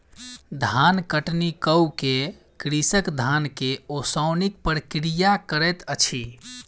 धान कटनी कअ के कृषक धान के ओसौनिक प्रक्रिया करैत अछि